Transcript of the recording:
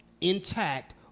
intact